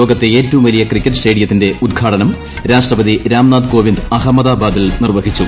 ലോകത്തെ ഏറ്റവും വലിയുക്കിക്കറ്റ് സ്റ്റേഡിയത്തിന്റെ ഉദ്ഘാടനം രാഷ്ട്രപതി രാംനാ്ഥ് കോവിന്ദ് അഹമ്മദാബാദിൽ നിർവ്വഹിച്ചു